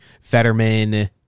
Fetterman